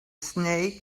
snake